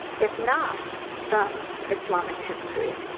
if not from islamic history,